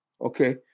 Okay